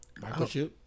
microchip